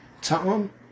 Tom